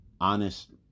honest